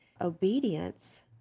obedience